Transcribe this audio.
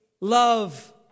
love